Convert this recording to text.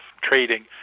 trading